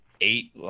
eight